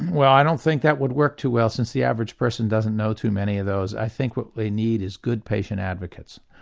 well i don't think that would work too well since the average person doesn't know too many of those. i think what they need is good patient advocates,